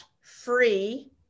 free